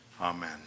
Amen